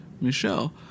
Michelle